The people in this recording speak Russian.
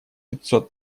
пятьсот